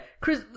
Chris